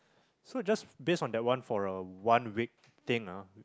so just based on that one on a one week thing ah